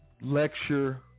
lecture